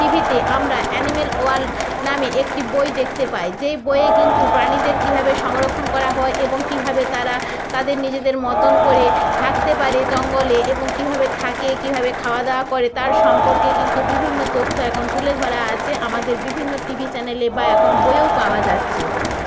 টিভিতে আমরা animal world নামে একটি বই দেখতে পাই যে বইয়ে কিন্তু প্রাণীদের কীভাবে সংরক্ষণ করা হয় এবং কীভাবে তারা তাদের নিজেদের মতন করে থাকতে পারে জঙ্গলে এবং কীভাবে থাকে কীভাবে খাওয়াদাওয়া করে তার সম্পর্কে কিন্তু বিভিন্ন তথ্য এখন তুলে ধরা আছে আমাদের বিভিন্ন টিভি চ্যানেলে বা এখন বইয়েও পাওয়া যাচ্ছে